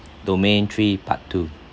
domain three part two